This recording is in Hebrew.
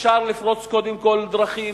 אפשר לפרוץ קודם כול דרכים,